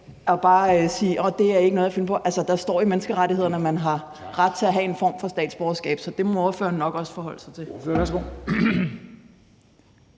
han bare finder på, vil jeg sige, at der står i menneskerettighederne, at man har ret til at have en form for statsborgerskab, så det må ordføreren nok også forholde sig til.